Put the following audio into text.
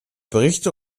berichte